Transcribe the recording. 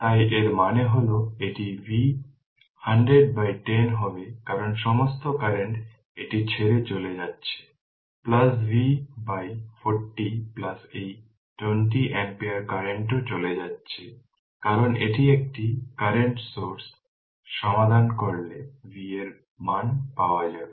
তাই এর মানে হল এটি V 10010 হবে কারণ সমস্ত কারেন্ট এটি ছেড়ে চলে যাচ্ছে V 40 এই 20 ampere কারেন্টও চলে যাচ্ছে কারণ এটি একটি কারেন্ট সোর্স 0 সমাধান করলে V এর মান পাওয়া যাবে